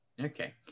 okay